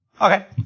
Okay